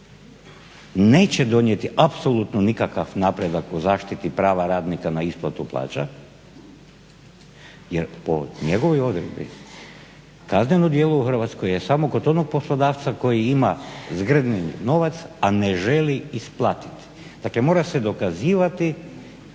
neće donijeti apsolutno nikakav napredak u zaštiti prava radnika na isplatu plaća jer po njegovoj odredbi kazneno djelo u Hrvatskoj je samo kod onog poslodavca koji ima zgrnut novac, a ne želi isplatiti. Dakle, mora se dokazivati